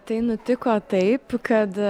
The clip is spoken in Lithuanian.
tai nutiko taip kad